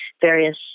various